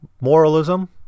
moralism